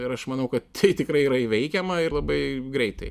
ir aš manau kad tai tikrai yra įveikiama ir labai greitai